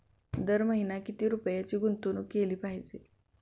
दर महिना किती रुपयांची गुंतवणूक केली पाहिजे?